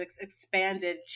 expanded